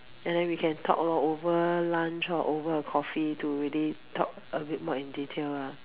and then we can talk lor over lunch or over a coffee to really talk a bit more in detail lah